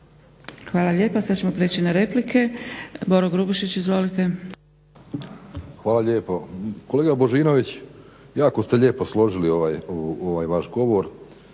Hvala lijepa. Sad ćemo prijeći na replike. Boro Grubišić, izvolite. **Grubišić, Boro (HDSSB)** Hvala lijepo. Kolega Božinović jako ste lijepo složili ovaj vaš govor